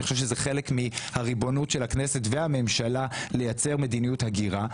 אני חושב שזה חלק מהריבונות של הכנסת והממשלה לייצר מדיניות הגירה.